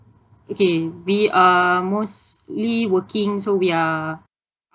okay we are mostly working so we are